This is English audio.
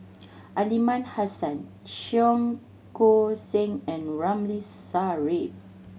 Aliman Hassan Cheong Koon Seng and Ramli Sarip